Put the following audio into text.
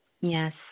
Yes